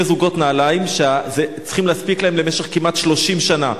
זוגות נעליים שצריכים להספיק להם למשך כמעט 30 שנה.